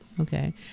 Okay